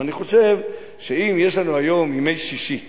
אני חושב שאם יש לנו היום ימי שישי שבהם,